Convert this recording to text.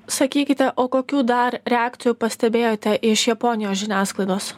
sakykite o kokių dar reakcijų pastebėjote iš japonijos žiniasklaidos